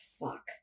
Fuck